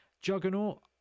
Juggernaut